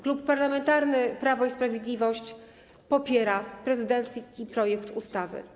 Klub Parlamentarny Prawo i Sprawiedliwość popiera prezydencki projekt ustawy.